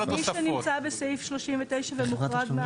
מי שנמצא בסעיף 39 זה מוחרג מהחוק?